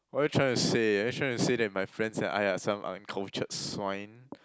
what are you trying to say are you trying to say that my friends and I are some uncultured swine